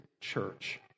church